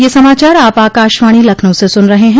ब्रे क यह समाचार आप आकाशवाणी लखनऊ से सुन रहे हैं